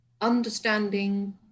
understanding